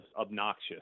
obnoxious